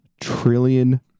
trillion